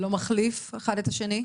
זה לא מחליף אחד את השני?